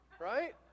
right